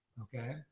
Okay